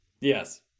Yes